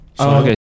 Okay